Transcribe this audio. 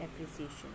appreciation